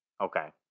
Okay